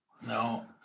No